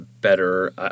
better